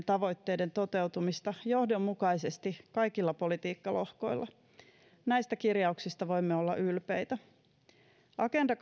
tavoitteiden toteutumista johdonmukaisesti kaikilla politiikkalohkoilla näistä kirjauksista voimme olla ylpeitä agenda